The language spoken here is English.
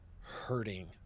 hurting